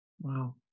Wow